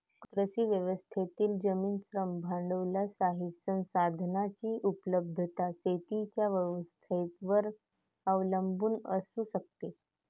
कृषी व्यवस्थेतील जमीन, श्रम, भांडवलशाही संसाधनांची उपलब्धता शेतीच्या व्यवस्थेवर अवलंबून असू शकते